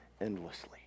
endlessly